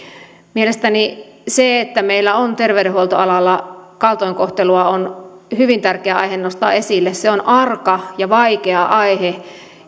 mielestäni se että meillä on terveydenhuoltoalalla kaltoinkohtelua on hyvin tärkeä aihe nostaa esille se on arka ja vaikea aihe